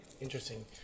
interesting